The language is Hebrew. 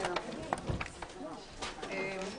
אין בקשת הממשלה להקדמת הדיון בהצעת חוק הארכת תקופות וקיום